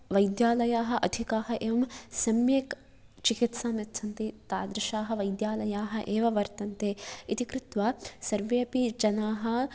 वैद्यालयाः अधिकाः एवं सम्यक् चिकित्सां यच्छन्ति तादृशाः वैद्यालयाः एव वर्तन्ते इति कृत्वा सर्वेपि जनाः